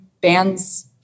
bands